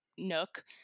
nook